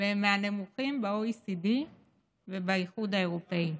ושהם מהנמוכים ב-OECD ובאיחוד האירופי.